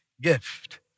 gift